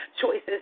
choices